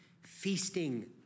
Feasting